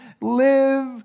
live